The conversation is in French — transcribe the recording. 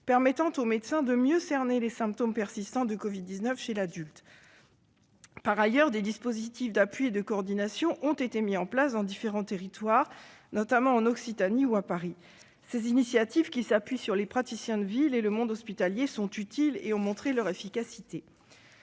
permettant aux médecins de mieux cerner les symptômes persistants de covid-19 chez l'adulte. Par ailleurs, des dispositifs d'appui et de coordination ont été mis en place dans différents territoires, notamment en Occitanie ou à Paris. Ces initiatives, qui s'appuient sur les praticiens de ville et le monde hospitalier, sont utiles et ont montré leur efficacité.